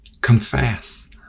confess